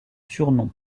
surnom